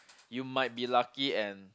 you might be lucky and